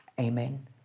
amen